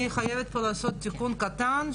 אני חייבת לעשות פה תיקון קטן,